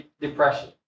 depression